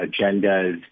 agendas